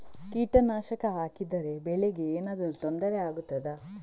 ಕೀಟನಾಶಕ ಹಾಕಿದರೆ ಬೆಳೆಗೆ ಏನಾದರೂ ತೊಂದರೆ ಆಗುತ್ತದಾ?